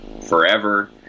forever